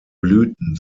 blüten